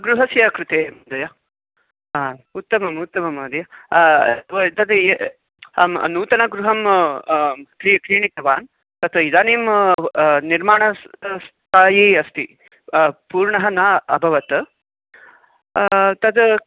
गृहस्य कृते महोदय ह उत्तमम् उत्तमं महोदय तद् अहं नूतनगृहं क्री क्रीणीतवान् तत् इदानीं निर्माणं स्थायी अस्ति पूर्णं न अभवत् तद्